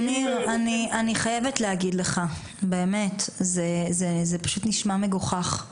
תמיר, אני חייבת להגיד לך, זה פשוט נשמע מגוחך.